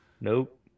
Nope